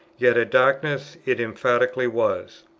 yet a darkness it emphatically was?